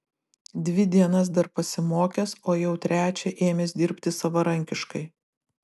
dvi dienas dar pasimokęs o jau trečią ėmęs dirbti savarankiškai